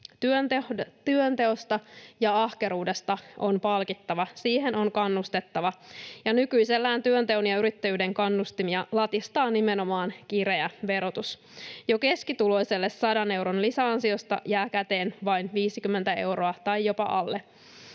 Työnteosta ja ahkeruudesta on palkittava ja siihen on kannustettava, ja nykyisellään työnteon ja yrittäjyyden kannustimia latistaa nimenomaan kireä verotus. Jo keskituloiselle 100 euron lisäansiosta jää käteen vain 50 euroa tai jopa alle.